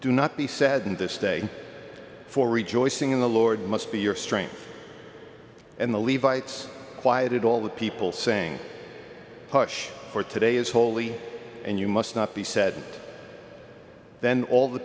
do not be sad in this day for rejoicing in the lord must be your strength and the levites quieted all the people saying push for today is holy and you must not be said then all the